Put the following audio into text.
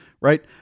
right